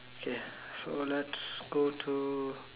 okay so let's go to